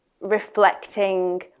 reflecting